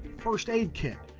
first aid kit,